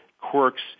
quirks